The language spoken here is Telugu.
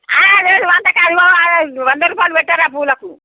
లేదు వంద కాదు వంద రూపాయలు పెట్టరు ఆ పూలకు